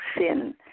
sin